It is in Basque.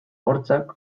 hortzak